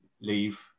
leave